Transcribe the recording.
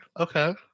Okay